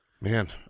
Man